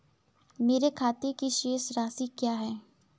मेरे खाते की शेष राशि क्या है?